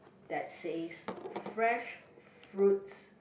that says fresh fruits